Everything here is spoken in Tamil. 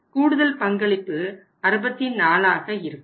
கூடுதல் பங்களிப்பு 64 ஆக இருக்கும்